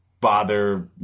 bother